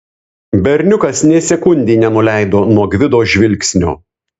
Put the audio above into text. berniukas nė sekundei nenuleido nuo gvido žvilgsnio